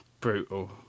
Brutal